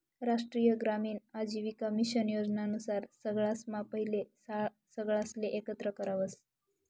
राष्ट्रीय ग्रामीण आजीविका मिशन योजना नुसार सगळासम्हा पहिले सगळासले एकत्र करावस